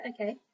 okay